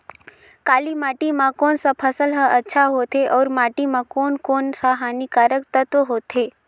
काली माटी मां कोन सा फसल ह अच्छा होथे अउर माटी म कोन कोन स हानिकारक तत्व होथे?